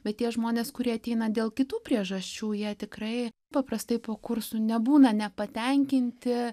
bet tie žmonės kurie ateina dėl kitų priežasčių jie tikrai paprastai po kursų nebūna nepatenkinti